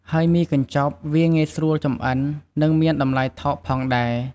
ហើយមីកញ្ចប់ វាងាយស្រួលចម្អិន និងមានតម្លៃថោកផងដែរ។